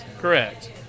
Correct